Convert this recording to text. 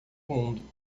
mundo